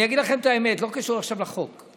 אני אגיד לכם את האמת, לא קשור עכשיו לחוק,